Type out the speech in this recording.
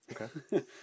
Okay